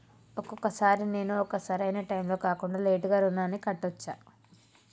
ఒక్కొక సారి నేను ఒక సరైనా టైంలో కాకుండా లేటుగా రుణాన్ని కట్టచ్చా?